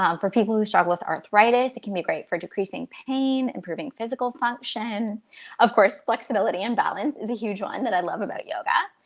um for people who struggle with arthritis, it can be great for decreasing pain, improving physical function of course, flexibility and balance is a huge one that i love about yoga.